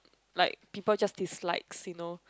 like people just dislikes you know